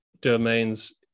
domains